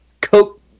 Coke